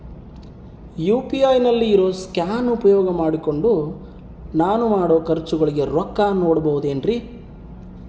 UPI ನಲ್ಲಿ ಇರೋ scan ಉಪಯೋಗ ಮಾಡಿಕೊಂಡು ನಾನು ಮಾಡೋ ಖರ್ಚುಗಳಿಗೆ ರೊಕ್ಕ ನೇಡಬಹುದೇನ್ರಿ?